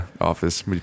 office